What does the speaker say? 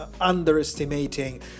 underestimating